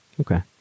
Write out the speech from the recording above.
Okay